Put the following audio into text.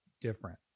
different